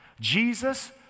Jesus